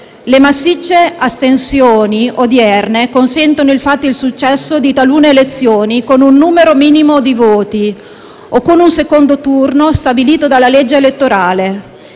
le massicce astensioni odierne consentono infatti il successo di talune elezioni con un numero minimo di voti o con un secondo turno stabilito dalla legge elettorale.